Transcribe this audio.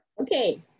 Okay